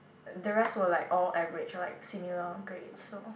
the rest were like all average like similar grades so